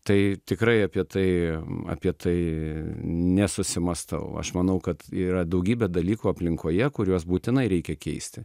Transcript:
tai tikrai apie tai apie tai nesusimąstau aš manau kad yra daugybė dalykų aplinkoje kuriuos būtinai reikia keisti